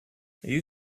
you